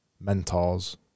mentors